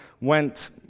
went